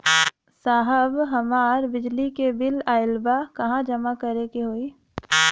साहब हमार बिजली क बिल ऑयल बा कहाँ जमा करेके होइ?